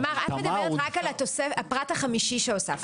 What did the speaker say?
תמר, את מדברת רק על התוספת, הפרט החמישי שהוספנו.